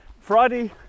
Friday